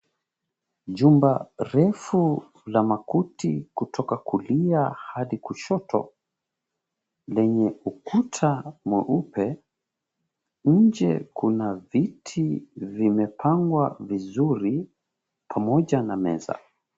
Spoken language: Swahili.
Jumba refu la makuti kutoka kulia hadi kushoto. Lenye ukuta mweupe. Nje kuna viti vimepangwa vizuri pamoja na meza.